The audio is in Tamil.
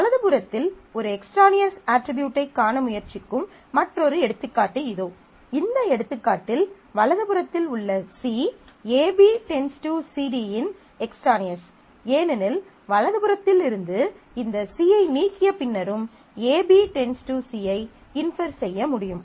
வலது புறத்தில் ஒரு எக்ஸ்ட்ரானியஸ் அட்ரிபியூட்டைக் காண முயற்சிக்கும் மற்றொரு எடுத்துக்காட்டு இதோ இந்த எடுத்துக்காட்டில் வலது புறத்தில் உள்ள C AB → CD யின் எக்ஸ்ட்ரானியஸ் ஏனெனில் வலதுபுறத்தில் இருந்து இந்த C ஐ நீக்கிய பின்னரும் AB → C ஐ இன்ஃபர் செய்ய முடியும்